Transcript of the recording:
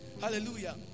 Hallelujah